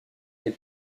est